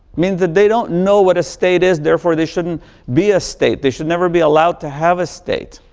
meaning that they don't know what a state is, therefore they shouldn't be a state. they should never be allowed to have a state.